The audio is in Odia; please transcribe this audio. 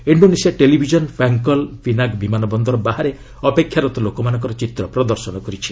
ଇଣ୍ଡୋନେସିଆ ଟେଲିଭିଜନ୍ ପାଙ୍ଗ୍କଲ୍ ପିନାଗ୍ ବିମାନ ବନ୍ଦର ବାହାରେ ଅପେକ୍ଷାରତ ଲୋକମାନଙ୍କର ଚିତ୍ର ପ୍ରଦର୍ଶନ କରିଛି